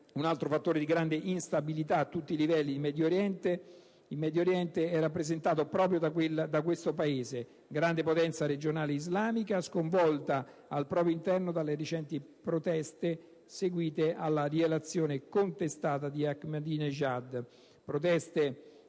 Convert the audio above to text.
Un altro fattore di grande instabilità, a tutti i livelli, in Medio Oriente è rappresentato dall'Iran, grande potenza regionale islamica, sconvolta al proprio interno dalle recenti proteste seguite alla rielezione, contestata, di Ahmadinejad,